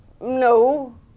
no